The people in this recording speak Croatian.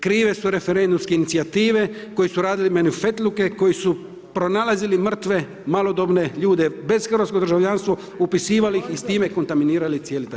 Krive su referendumske inicijative koje su radi marifetluke koji su pronalazili mrtve, malodobne ljude bez hrvatskog državljanstva, upisivali ih i s time kontaminirali cijeli taj